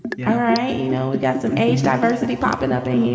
yeah all right. you know, you've got some age diversity popping up a hair.